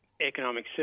economic